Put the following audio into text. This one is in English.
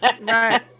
Right